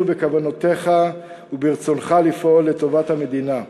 בכוונותיך וברצונך לפעול לטובת המדינה.